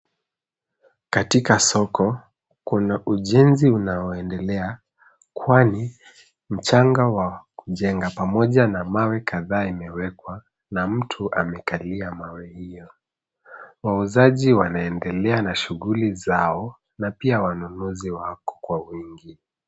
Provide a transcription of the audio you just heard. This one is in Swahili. Katika soko, kuna ujenzi unaoendelea, kwani mchanga wa kujenga pamoja na mawe kadhaa imewekwa, na mtu amekalia mawe hiyo. Wauzaji wanaendelea na shughuli zao, na pia wanunuzi wako kwa wingi.